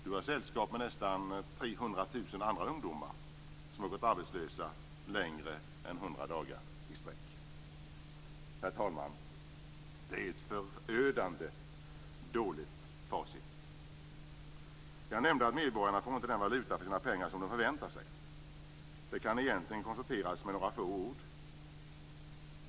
Du har sällskap med nästan 300 000 andra ungdomar som har gått arbetslösa längre än hundra dagar i sträck. Herr talman! Det är ett förödande dåligt facit! Jag nämnde att medborgarna inte får den valuta för sina pengar som de förväntar sig. Det kan egentligen konstateras med några få ord.